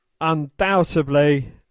undoubtedly